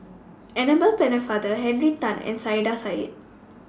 Annabel Pennefather Henry Tan and Saiedah Said